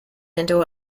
into